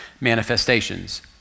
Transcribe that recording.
manifestations